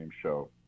show